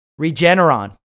Regeneron